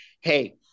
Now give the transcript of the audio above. hey